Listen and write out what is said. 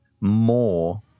more